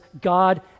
God